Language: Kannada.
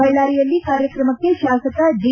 ಬಳ್ಳಾರಿಯಲ್ಲಿ ಕಾರ್ಯಕ್ರಮಕ್ಕೆ ಶಾಸಕ ಜೆ